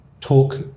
talk